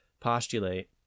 postulate